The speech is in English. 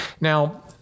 Now